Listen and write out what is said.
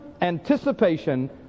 anticipation